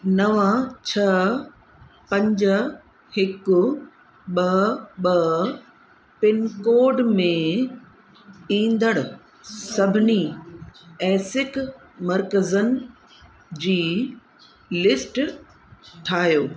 नव छह पंज हिकु ॿ ॿ पिनकोड में ईंदड़ु सभिनी एसिक मर्कज़नि जी लिस्ट ठाहियो